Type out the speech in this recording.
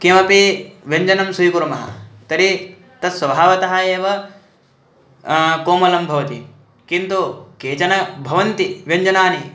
किमपि व्यञ्जनं स्वीकुर्मः तर्हि तस् स्वभावतः एव कोमलं भवति किन्तु केचन भवन्ति व्यञ्जनानि